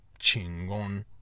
chingon